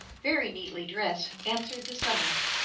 very neatly dressed, answered the summons.